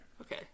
Okay